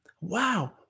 Wow